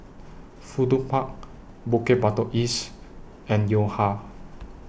Fudu Park Bukit Batok East and Yo Ha